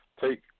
take